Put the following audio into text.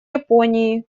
японии